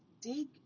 dig